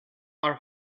are